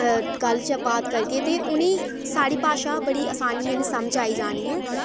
गल्ल जां बात करगे ते उ'नेंई साढ़ी भाशा बड़ी आसानी कन्नै समझ आई जानी ऐ